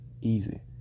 easy